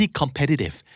competitive